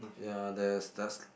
ya there's just